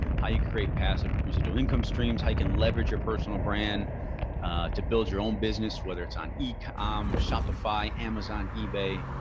how you create passive residual income streams, hike and leverage your personal brand to build your own business. whether it's on e-commerce um shopify, amazon, ebay,